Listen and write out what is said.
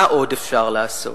מה עוד עושה מדינה שמתעקשת